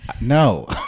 No